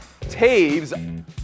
Taves